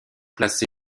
placé